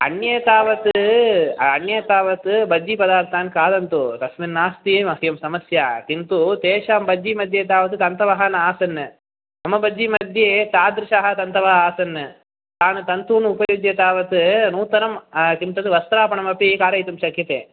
अन्ये तावत् अन्ये तावत् बज्जीपदार्थान् खादन्तु तस्मिन् नास्ति मह्यं समस्या किन्तु तेषां बज्जी मध्ये तावत् तन्तवः नासन् मम बज्जी मध्ये तादृशाः तन्तवः आसन् तान् तन्तून् उपयुज्य तावत् नूतनं किं तत् वस्त्रापणमपि कारयितुं शक्यते